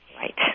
Right